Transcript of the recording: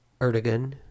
Erdogan